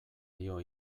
dio